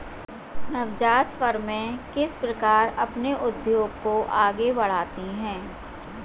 नवजात फ़र्में किस प्रकार अपने उद्योग को आगे बढ़ाती हैं?